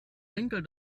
winkel